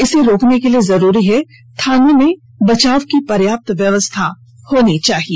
इसे रोकने के लिए जरूरी है कि थाने में बचाव की पर्याप्त व्यवस्था होनी चाहिए